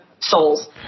Souls